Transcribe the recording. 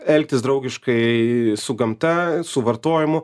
elgtis draugiškai su gamta su vartojimu